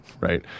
right